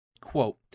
Quote